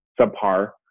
subpar